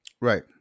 Right